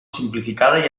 simplificada